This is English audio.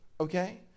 Okay